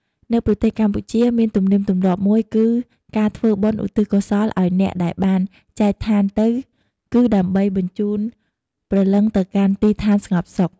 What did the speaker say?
នៅប្រទេសកម្ពុជាមានទនៀមទម្លាប់មួយគឺ ការធ្វើបុណ្យឧទិសកុសលឲ្យអ្នកដែលបានចែកឋានទៅគឺដើម្បីបញ្ជូនព្រលឹងទៅកាន់ទីស្ថានស្ងប់សុខ។